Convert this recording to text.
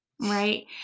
Right